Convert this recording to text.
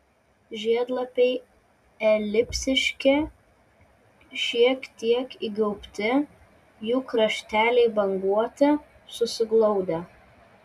žiedlapiai elipsiški šiek tiek įgaubti jų krašteliai banguoti susiglaudę